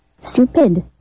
Stupid